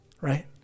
right